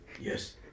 Yes